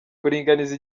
kuringaniza